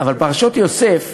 אבל פרשות יוסף,